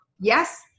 Yes